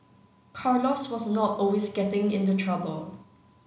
Carlos was not always getting into trouble